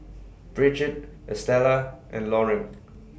Brigitte Estella and Loring